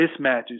mismatches